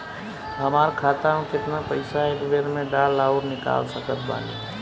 हमार खाता मे केतना पईसा एक बेर मे डाल आऊर निकाल सकत बानी?